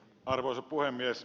arvoisa puhemies